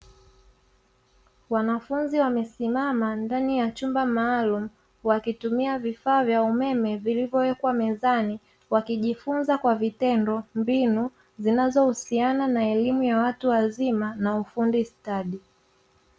Wanafunzi wamesimama ndani ya chumba maalumu wakitumia vifaa vya umeme vilivyowekwa mezani, wakijifunza kwa vitendo, mbinu zinazohusiana na elimu ya watu wazima na ufundi stadi.